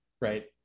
right